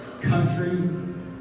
country